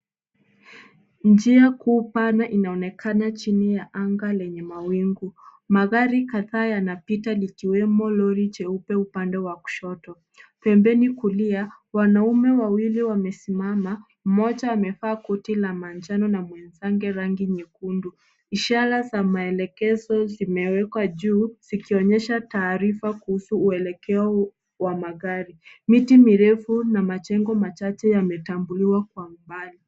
Njia kuu pana inaonekana chini ya anga lenye mawingu. Magari kadhaa yanapita, likiwemo lori jeupe upande wa kushoto. Pembeni kulia, wanaume wawili wamesimama; mmoja amevaa koti la manjano na mwenzake rangi nyekundu. Ishara za maelekezo zimewekwa juu, zikionyesha taarifa kuhusu uwelekeo wa magari. Miti mirefu na majengo machache yametambuliwa kwa mbali.